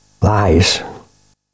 Lies